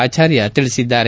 ಆಚಾರ್ಯ ಹೇಳಿದ್ದಾರೆ